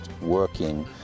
working